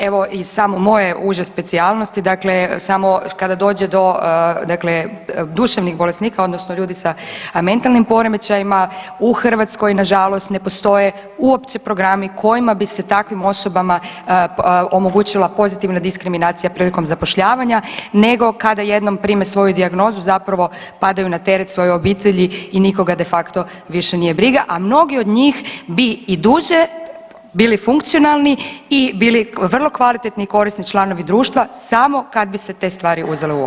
Evo i iz samo moje uže specijalnosti dakle samo kada dođe do, dakle duševnih bolesnika odnosno ljudi sa mentalnim poremećajima u Hrvatskoj nažalost ne postoje uopće programi kojima bi se takvim osobama omogućila pozitivna diskriminacija prilikom zapošljavanja nego kada jednom prime svoju dijagnozu zapravo padaju na teret svoje obitelji i nikoga de facto više nije briga, a mnogi od njih bi i duže bili funkcionalni i bili vrlo kvalitetni i korisni članovi društva samo kad bi se te stvari uzele u obzir.